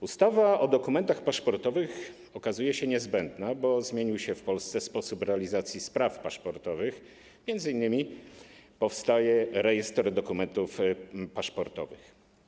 Ustawa o dokumentach paszportowych okazuje się niezbędna, bo zmienił się w Polsce sposób realizacji spraw paszportowych, m.in. powstaje rejestr dokumentów paszportowych.